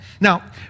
Now